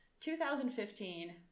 2015